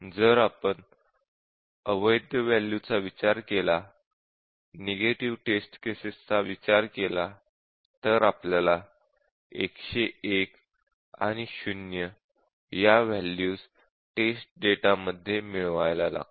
जर आपण अवैध वॅल्यूचा विचार केला नेगेटिव्ह टेस्ट केसेस चा विचार केला तर आपल्याला 101 आणि 0 या वॅल्यूज टेस्ट डेटा मध्ये मिळवायला लागतील